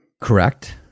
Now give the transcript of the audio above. Correct